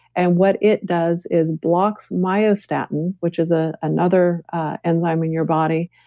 and what it does is blocks myostatin, which is ah another enzyme in your body.